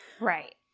Right